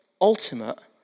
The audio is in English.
ultimate